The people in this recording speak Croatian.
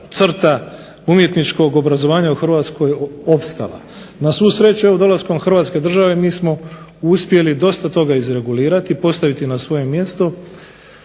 crta umjetničkog obrazovanja u Hrvatskoj opstala. Na svu sreću evo dolaskom Hrvatske države mi smo uspjeli dosta toga izregulirati, postaviti na svoje mjesto